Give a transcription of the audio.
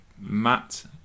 Matt